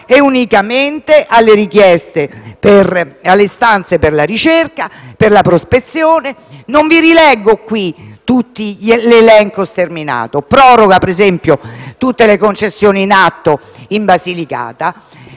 e unicamente alle istanze per la ricerca e per la prospezione. Non vi rileggo l'elenco sterminato, ma si prorogano, ad esempio, tutte le concessioni in atto in Basilicata.